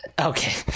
okay